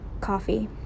coffee